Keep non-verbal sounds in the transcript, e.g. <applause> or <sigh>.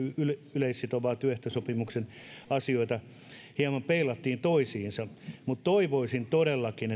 yleissitovan työehtosopimuksen asioita hieman peilattiin toisiinsa mutta toivoisin todellakin <unintelligible>